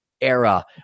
Era